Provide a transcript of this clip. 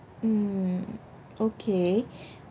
mm okay